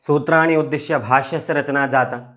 सूत्राणि उद्दिश्य भाष्यस्य रचना जाता